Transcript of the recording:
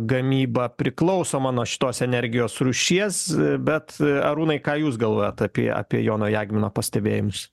gamyba priklausoma nuo šitos energijos rūšies bet arūnai ką jūs galvojat apie apie jono jagmino pastebėjimus